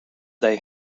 they